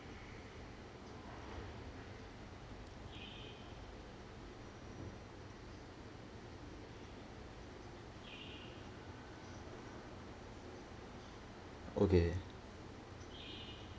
okay